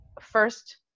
first